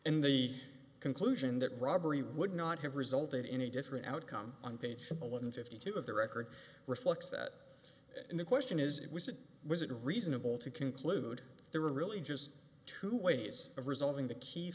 and the conclusion that robbery would not have resulted in a different outcome on page one fifty two of the record reflects that and the question is it was it was it reasonable to conclude there were really just two ways of resolving the key